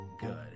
Good